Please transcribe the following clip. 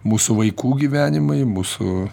mūsų vaikų gyvenimai mūsų